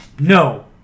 No